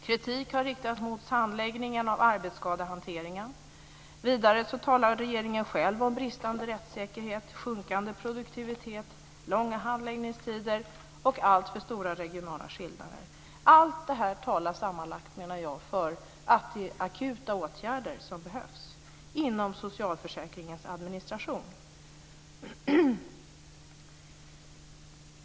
Kritik har riktats mot handläggningen av arbetsskadehanteringen. Vidare talar regeringen själv om bristande rättssäkerhet, sjunkande produktivitet, långa handläggningstider och alltför stora regionala skillnader. Allt detta talar sammanlagt, menar jag, för att det är akuta åtgärder som behövs inom socialförsäkringens administration.